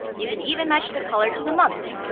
you can even match the colors to the months!